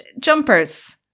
jumpers